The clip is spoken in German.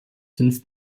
fünf